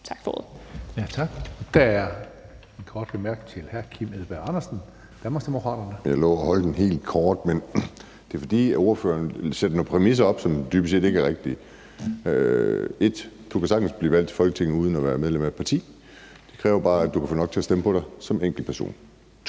Tak for det.